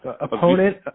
opponent